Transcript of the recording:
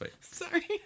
Sorry